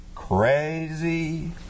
crazy